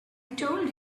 told